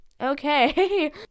Okay